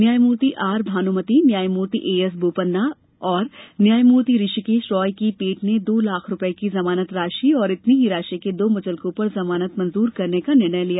न्यायमूर्ति आर भानूमति न्यायमूर्ति A S Bopanna और न्यायमूर्ति हृषिकेश रॉय की पीठ ने दो लाख रुपये की जमानत राशि और इतनी ही राशि के दो मुचलकों पर जमानत मंजूर करने का निर्णय लिया